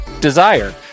Desire